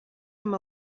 amb